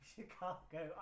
Chicago